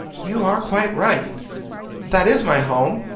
you are quite right that is my home,